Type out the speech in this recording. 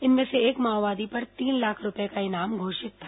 इनमें से एक माओवादी पर तीन लाख रूपये का इनाम घोषित था